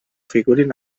figurin